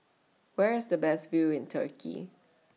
Where IS The Best View in Turkey